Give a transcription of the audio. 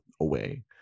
away